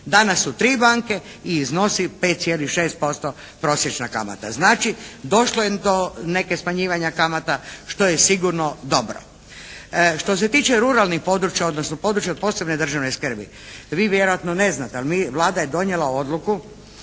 Danas su tri banke i iznosi 5,6% prosječna kamata. Znači, došlo je do nekih smanjivanja kamata što je sigurno dobro. Što se tiče ruralnih područja odnosno područja od posebne državne skrbi. Vi vjerojatno ne znate, ali Vlada je donijela odluku